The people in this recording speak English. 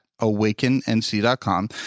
awakennc.com